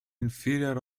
inferior